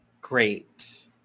great